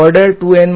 order 2 N 1 જે છે